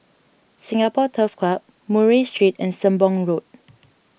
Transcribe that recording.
Singapore Turf Club Murray Street and Sembong Road